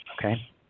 Okay